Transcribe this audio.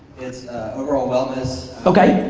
it's overall wellness. okay.